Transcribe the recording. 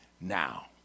Now